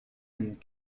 and